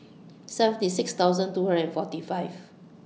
seventy six thousand two hundred and forty five